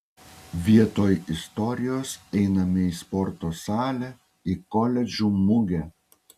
vietoj istorijos einame į sporto salę į koledžų mugę